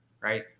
right